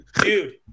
dude